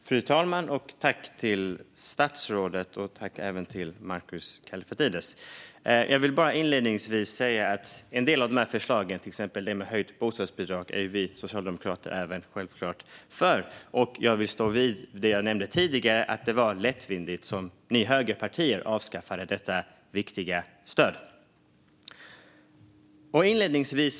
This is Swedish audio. Fru talman! Jag tackar statsrådet och även Markus Kallifatides. Jag vill inledningsvis bara säga att vi socialdemokrater självklart är för en del av förslagen, till exempel det om höjt bostadsbidrag. Jag vill också säga att jag står fast vid det jag sa tidigare, nämligen att högerpartierna lättvindigt avskaffade det viktiga investeringsstödet.